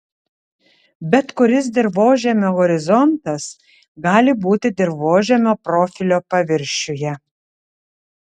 bet kuris dirvožemio horizontas gali būti dirvožemio profilio paviršiuje